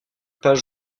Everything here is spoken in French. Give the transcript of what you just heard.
pas